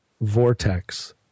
vortex